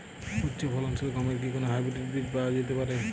উচ্চ ফলনশীল গমের কি কোন হাইব্রীড বীজ পাওয়া যেতে পারে?